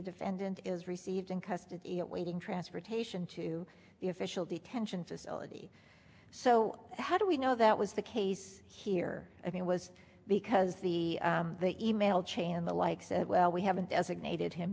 defendant is received in custody awaiting transportation to the official detention facility so how do we know that was the case here i mean was because the e mail chain and the like said well we haven't designated him